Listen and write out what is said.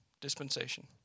Dispensation